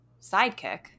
sidekick